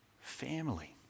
family